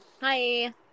Hi